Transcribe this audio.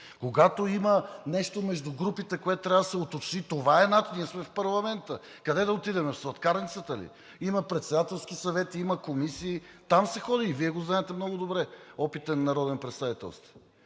когато има нещо между групите, което трябва да се уточни, това е начинът – ние сме в парламента. Къде да отидем – в сладкарницата ли? Има Председателски съвет, има комисии – там се ходи, и Вие го знаете много добре. Опитен народен представител сте.